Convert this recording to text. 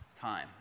time